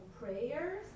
prayers